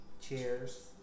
Cheers